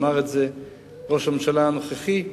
אמר את זה ראש הממשלה הנוכחי,